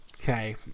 Okay